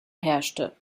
herrschte